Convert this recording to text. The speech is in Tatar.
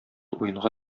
уенга